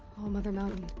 all-mother mountain.